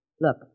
Look